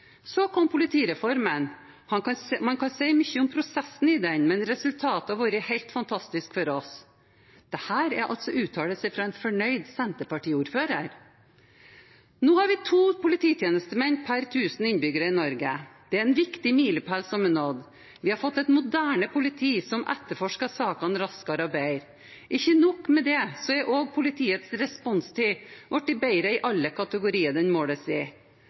Så kom politireformen. Man kan si mye om prosessen i den, men resultatet har vært helt fantastisk for oss.» Dette er altså uttalelser fra en fornøyd Senterparti-ordfører. Nå har vi to polititjenestemenn per tusen innbyggere i Norge. Det er en viktig milepæl som er nådd. Vi har fått et moderne politi som etterforsker sakene raskere og bedre. Ikke nok med det, også politiets responstid er blitt bedre i alle kategorier den måles i.